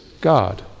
God